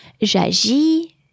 J'agis